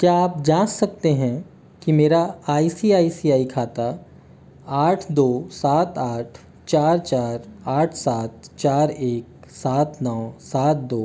क्या आप जाँच सकते हैं कि मेरा I C I C I खाता आठ दो सात आठ चार चार आठ सात चार एक सात नौ सात दो